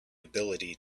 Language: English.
ability